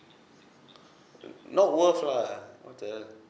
not worth lah what the